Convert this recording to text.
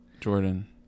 Jordan